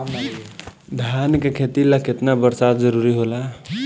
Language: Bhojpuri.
धान के खेती ला केतना बरसात जरूरी होला?